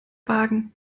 wagen